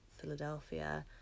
Philadelphia